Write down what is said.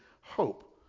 hope